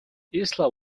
isla